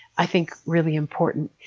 i think, really important.